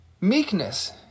Meekness